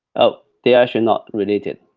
ah they're actually not related,